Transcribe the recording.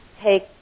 take